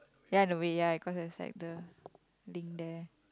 ya in a way ya cause there's like the link there